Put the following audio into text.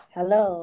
Hello